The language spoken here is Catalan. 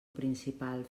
principal